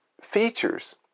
features